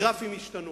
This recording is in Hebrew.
הגראפים ישתנו,